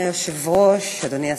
אדוני היושב-ראש, אדוני השר,